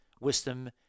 wisdom